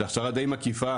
זאת הכשרה דיי מקיפה,